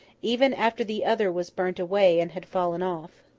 even after the other was burnt away and had fallen off.